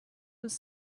was